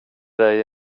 dig